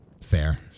Fair